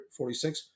46